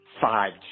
five